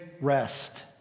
rest